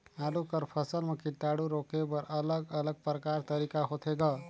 आलू कर फसल म कीटाणु रोके बर अलग अलग प्रकार तरीका होथे ग?